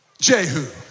Jehu